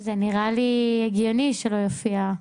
זה נראה לי הגיוני שלא יופיע.